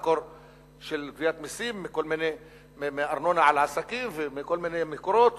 מקור של גביית מסים מארנונה על עסקים ומכל מיני מקורות